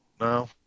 No